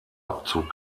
abzug